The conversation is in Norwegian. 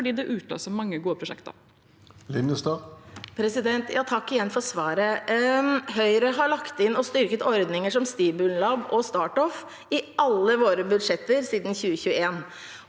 fordi den utløser mange gode prosjekter. Anne Kristine Linnestad (H) Takk igjen for svaret. Høyre har lagt inn og styrket ordninger som Stimulab og StartOff i alle våre budsjetter siden 2021.